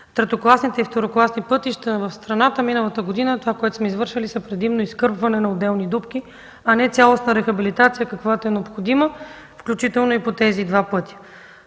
третокласните и второкласните пътища в страната, това, което сме извършили миналата година, са предимно изкърпване на отделни дупки, а не цялостна рехабилитация, каквато е необходима, включително и по тези два пътя.